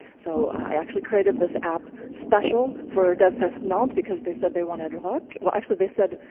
so i actually created this app special for devfest nantes because they said they wanted rock. well, actually, they said,